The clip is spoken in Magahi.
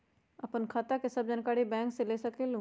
आपन खाता के सब जानकारी बैंक से ले सकेलु?